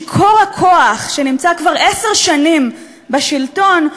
שיכור הכוח שנמצא כבר עשר שנים בשלטון,